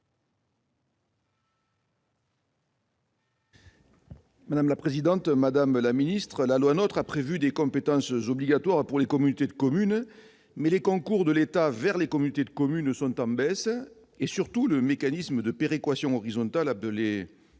madame la secrétaire d'État, mes chers collègues, la loi NOTRe a prévu des compétences obligatoires pour les communautés de communes, mais les concours de l'État vers les communautés de communes sont en baisse et, surtout, le mécanisme de péréquation horizontale, le